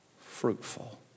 fruitful